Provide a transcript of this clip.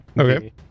Okay